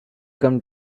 come